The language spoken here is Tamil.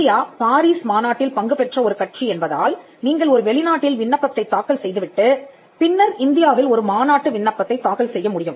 இந்தியா பாரிஸ் மாநாட்டில் பங்கு பெற்ற ஒரு கட்சி என்பதால் நீங்கள் ஒரு வெளிநாட்டில் விண்ணப்பத்தைத் தாக்கல் செய்துவிட்டுப் பின்னர் இந்தியாவில் ஒரு மாநாட்டு விண்ணப்பத்தைத் தாக்கல் செய்ய முடியும்